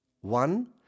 One